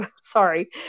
sorry